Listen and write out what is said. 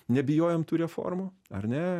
nebijojom tų reformų ar ne